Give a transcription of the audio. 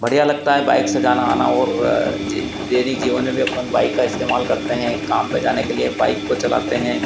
बढ़िया लगता है बाइक से जाना आना और जे देनिक जीवन में भी अपन बाइक का इस्तेमाल करते हैं काम पर जाने के लिए बाइक को चलाते हैं